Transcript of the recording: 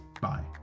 Bye